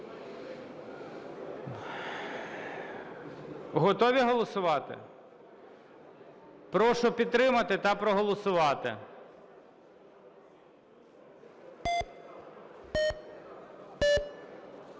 Готові голосувати? Прошу підтримати та проголосувати.